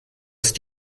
ist